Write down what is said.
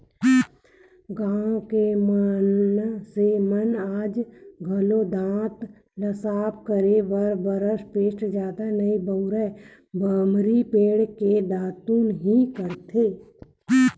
गाँव के मनसे मन आज घलोक दांत ल साफ करे बर बरस पेस्ट जादा नइ बउरय बमरी पेड़ के दतवन ही करथे